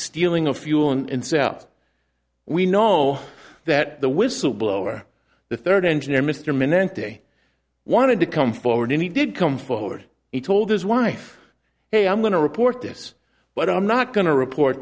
stealing of fuel and south we know that the whistleblower the third engineer mr menendez wanted to come forward and he did come forward he told his wife hey i'm going to report this but i'm not going to report